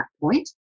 point